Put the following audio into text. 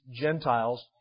Gentiles